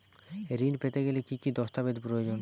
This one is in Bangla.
ঋণ পেতে গেলে কি কি দস্তাবেজ প্রয়োজন?